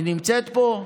היא נמצאת פה?